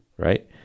right